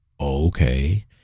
okay